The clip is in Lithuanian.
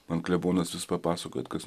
man klebonas vis papasakoja kas